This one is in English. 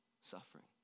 suffering